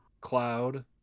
Cloud